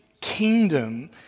kingdom